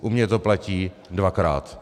U mě to platí dvakrát.